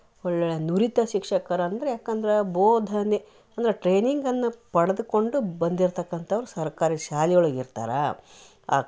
ಒಳ್ಳೆ ನುರಿತ ಶಿಕ್ಷಕರಂದರೆ ಯಾಕಂದರೆ ಬೋಧನೆ ಅಂದರೆ ಟ್ರೈನಿಂಗ್ಗನ್ನ ಪಡೆದುಕೊಂಡು ಬಂದಿರ್ತಕ್ಕಂಥವರು ಸರ್ಕಾರಿ ಶಾಲಿಯೊಳಗೆ ಇರ್ತಾರೆ